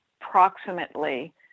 approximately